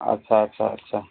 আচ্ছা আচ্ছা আচ্ছা